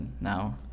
now